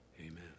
Amen